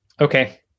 okay